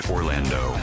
Orlando